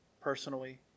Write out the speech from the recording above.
personally